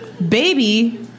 Baby